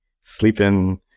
sleeping